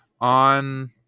on